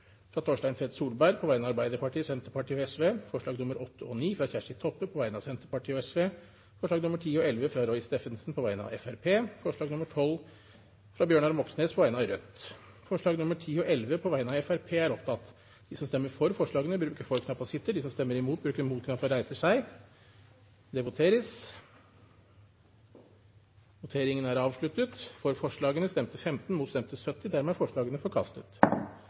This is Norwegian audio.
fra Torstein Tvedt Solberg på vegne av Arbeiderpartiet, Senterpartiet og Sosialistisk Venstreparti forslagene nr. 8 og 9, fra Kjersti Toppe på vegne av Senterpartiet og Sosialistisk Venstreparti forslagene nr. 10 og 11, fra Roy Steffensen på vegne av Fremskrittspartiet forslag nr. 12, fra Bjørnar Moxnes på vegne av Rødt Det voteres over forslagene